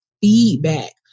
feedback